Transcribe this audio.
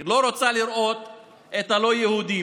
היא לא רוצה לראות את הלא-יהודים,